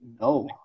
No